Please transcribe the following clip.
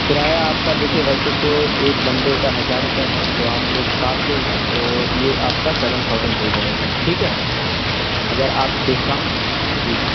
کرایہ آپ کا دیکھیے ویسے تو ایک بندے کا ہزار روپے ہے تو آپ لوگ سات لوگ ہیں تو یہ آپ کا سیون تھاؤزینڈ ہو جائے گا ٹھیک ہے اگر آپ ڈسکاؤنٹ جی